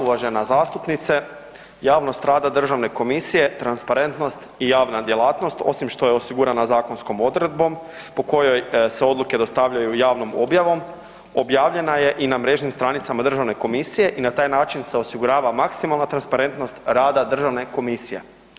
Uvažena zastupnice, javnost rada Državne komisije, transparentnost i javna djelatnost osim što je osigurana zakonskom odredbom po kojoj se odluke dostavljaju javnom objavom, objavljena je i na mrežnim stranicama Državne komisije i na taj način se osigurava maksimalna transparentnost rada Državne komisije.